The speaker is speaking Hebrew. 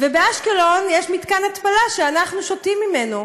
באשקלון יש מתקן התפלה שאנחנו שותים ממנו,